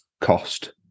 cost